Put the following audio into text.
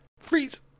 freeze